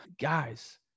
guys